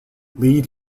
lead